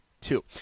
two